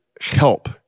help